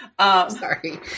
Sorry